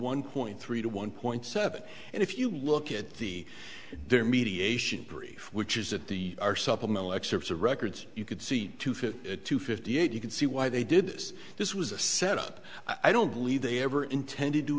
one point three to one point seven and if you look at the their mediation brief which is that the are supplemental excerpts of records you could see to fit to fifty eight you can see why they did this this was a setup i don't believe they ever intended to